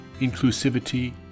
inclusivity